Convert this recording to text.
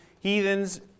heathens